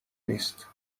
نیست